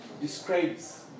describes